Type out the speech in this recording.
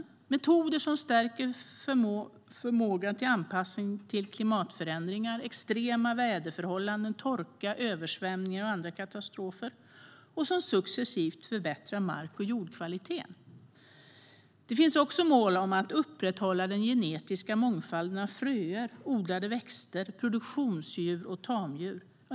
Det är viktigt med metoder som stärker förmågan till anpassning till klimatförändringar, extrema väderförhållanden, torka, översvämning och andra katastrofer och som successivt förbättrar mark och jordkvaliteten. Det finns också mål om att upprätthålla den genetiska mångfalden av fröer, odlade växter, produktionsdjur och tamdjur.